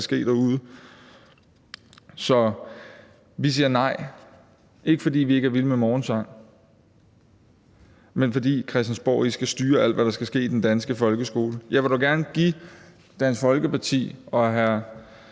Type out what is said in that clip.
ske derude. Så vi siger nej, ikke fordi vi ikke er vilde med morgensang, men fordi Christiansborg ikke skal styre alt, hvad der skal ske i den danske folkeskole. Jeg vil dog gerne give Dansk Folkeparti og hr.